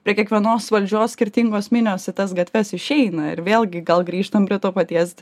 prie kiekvienos valdžios skirtingos minios į tas gatves išeina ir vėlgi gal grįžtam prie to paties